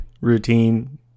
routine